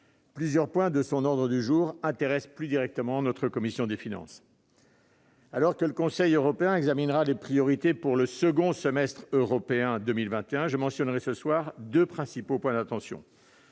plusieurs points de son ordre du jour intéressent plus directement notre commission des finances. Alors que le Conseil européen examinera les priorités pour le second semestre 2021, je mentionnerai ce soir deux principaux points d'attention.